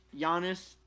Giannis